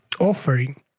offering